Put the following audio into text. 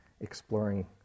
exploring